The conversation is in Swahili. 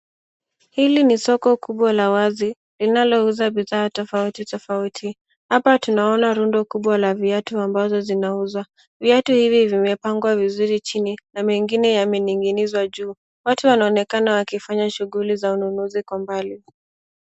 Hili ni soko kubwa la wazi linalouza bidhaa tofauti tofauti. Hapa tunaona rundo kubwa la viatu ambazo zinauzwa. Viatu hizi zimepangwa vizuri chini na mengine yamening'inizwa juu. Watu wanaonekana wakifanya shughuli za ununuzi kwa mbali.